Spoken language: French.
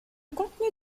contenu